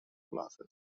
classes